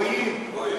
גויים.